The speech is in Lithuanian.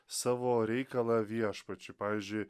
savo reikalą viešpačiui pavyzdžiui